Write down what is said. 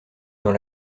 dans